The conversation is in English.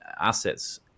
assets